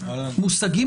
מושגים